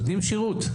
נותנים שירות.